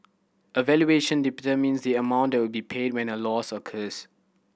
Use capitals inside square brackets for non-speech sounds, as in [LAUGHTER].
a valuation [UNINTELLIGIBLE] the amount that will be paid when a loss occurs